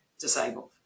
disabled